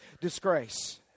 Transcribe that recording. Disgrace